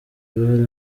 uruhare